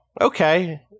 okay